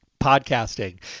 podcasting